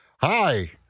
Hi